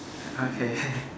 okay